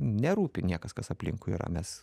nerūpi niekas kas aplinkui yra mes